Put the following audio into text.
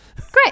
Great